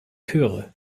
chöre